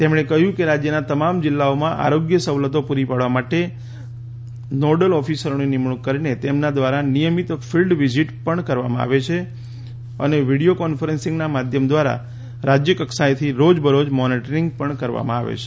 તેમણે કહ્યું કે રાજ્યના તમામ જિલ્લાઓમાં આરોગ્ય સવલતો પૂરી પાડવા માટે નોડલ ઓફિસરોની નિમણૂંક કરીને તેમના દ્વારા નિયમિત ફિલ્ડ વિઝીટ પણ કરવામાં આવે છે અને વીડિયો કોન્ફરન્સીંગના માધ્યમ દ્વારા રાજ્યકક્ષાએથી રોજ બરોજ મોનીટરીંગ પણ કરવામાં આવે છે